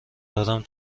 دارم